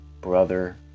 brother